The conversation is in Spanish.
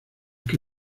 que